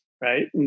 right